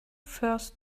first